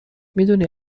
میدونی